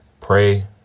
pray